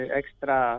extra